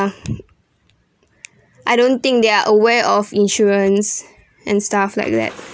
uh I don't think they are aware of insurance and stuff like that